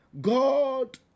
god